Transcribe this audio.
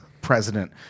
president